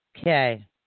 Okay